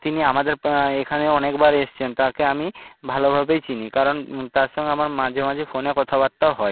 তিনি আমাদের পা এখানে অনেকবার এসছেন তাকে আমি ভালোভাবেই চিনি কারণ তার সঙ্গে আমার মাঝে মাঝে ফোনে কথাবার্তাও হয়